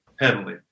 heavily